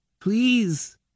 Please